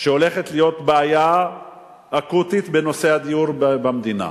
שהולכת להיות בעיה אקוטית בנושא הדיור במדינה.